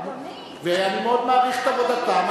אבל אני מעריך את עבודתם.